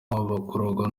bakururwa